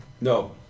No